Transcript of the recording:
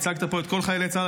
ייצגת פה את כל חיילי צה"ל,